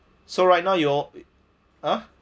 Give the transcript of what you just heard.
so right now your ah